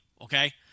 okay